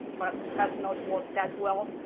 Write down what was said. what has not worked that well?